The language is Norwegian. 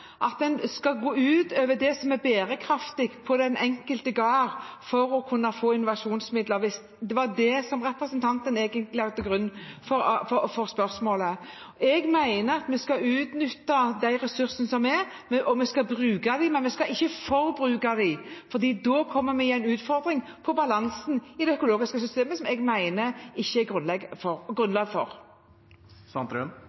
at en skal gå utover det som er bærekraftig på den enkelte gård for å kunne få innovasjonsmidler – hvis det var det representanten egentlig la til grunn for spørsmålet. Jeg mener at vi skal utnytte de ressursene som er, og vi skal bruke dem, men vi skal ikke forbruke dem, for da utfordrer vi balansen i det økologiske systemet, som jeg mener det ikke er grunnlag for.